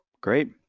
Great